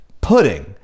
pudding